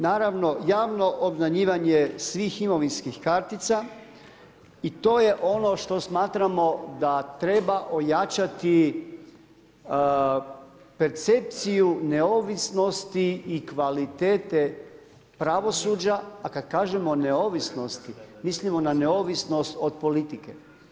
Naravno, javno obmanjivanje svih imovinskih kartica i to je ono što smatramo, da treba ojačati percepciju neovisnosti i kvalitete pravosuđa, a kad kažemo neovisnosti, mislimo na neovisnost od politike.